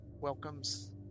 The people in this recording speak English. welcomes